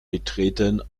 betreten